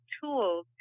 tools